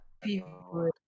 people